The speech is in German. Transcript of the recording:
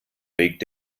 regt